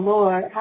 Lord